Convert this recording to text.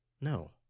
No